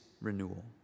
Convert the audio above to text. renewal